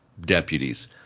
deputies